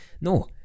No